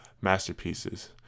masterpieces